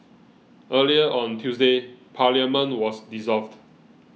earlier on Tuesday Parliament was dissolved